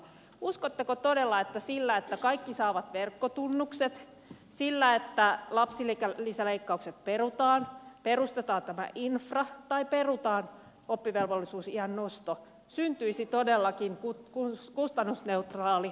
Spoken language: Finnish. uskotteko todella että sillä että kaikki saavat verkkotunnukset sillä että lapsilisäleikkaukset perutaan perustetaan tämä infra tai perutaan oppivelvollisuusiän nosto syntyisi todellakin kustannusneutraali lopputulos